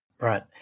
Right